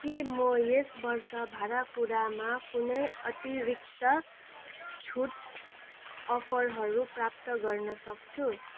के म यस वर्ष भाँडाकुँडामा कुनै अतिरिक्त छुट अफरहरू प्राप्त गर्न सक्छु